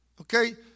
Okay